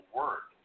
word